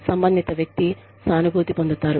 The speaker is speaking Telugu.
సంబంధిత వ్యక్తి సానుభూతి పొందుతారు